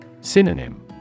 Synonym